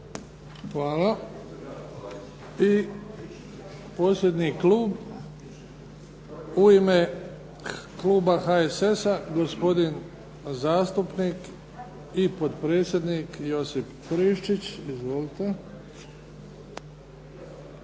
Hvala. I posljednji klub. U ime kluba HSS-a, gospodin zastupnik i potpredsjednik Josip Friščić. Izvolite.